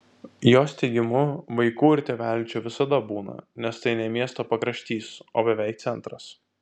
jos teigimu vaikų ir tėvelių čia visada būna nes tai ne miesto pakraštys o beveik centras